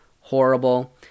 horrible